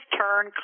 turn